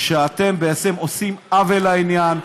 שאתם עושים עוול לעניין,